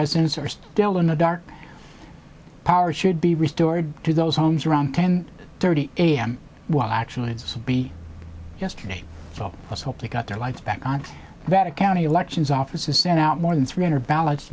residents are still in the dark power should be restored to those homes around ten thirty a m well actually it's yesterday let's hope they got their lights back on that a county elections office is sent out more than three hundred ballots